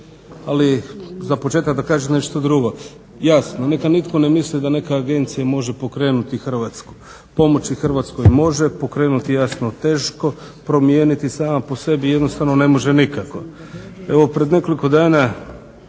ali za početak da kažem nešto drugo. Jasno, neka nitko ne misli da neka agencija može pokrenuti Hrvatsku. Pomoći Hrvatskoj može, pokrenuti jasno teško, promijeniti sama po sebi jednostavno ne može nikako. Evo pred nekoliko dana